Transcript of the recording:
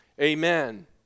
Amen